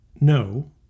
No